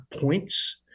points